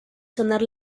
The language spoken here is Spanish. sonar